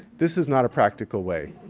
this is not a practical way.